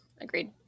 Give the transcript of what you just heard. Agreed